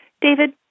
David